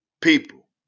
people